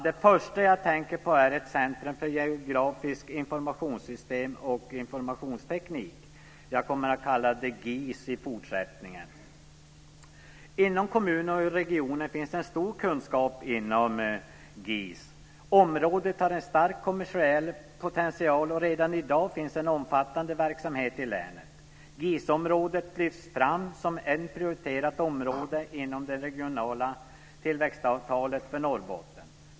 Det första jag tänker på är ett centrum för geografiskt informationssystem och informationsteknik. Jag kommer att kalla det GIS i fortsättningen. Inom kommunen och i regionen finns det en stor kunskap i fråga om GIS. Området har en stark kommersiell potential, och redan i dag finns det en omfattande verksamhet i länet. GIS lyfts fram som ett prioriterat område inom det regionala tillväxtavtalet för Norrbotten.